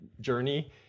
journey